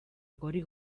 gori